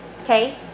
okay